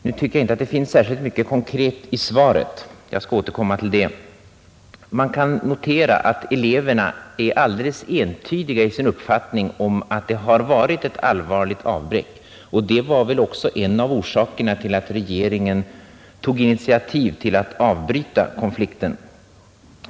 Nu tycker jag inte att det finns särskilt mycket konkret i svaret; jag skall återkomma till det. Man kan notera att eleverna är alldeles entydiga i sin uppfattning att det har varit ett allvarligt avbräck, och det var väl också en av orsakerna till att regeringen tog initiativ till att avbryta konflikten.